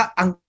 ang